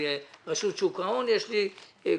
עם רשות שוק ההון יש לי קשיים,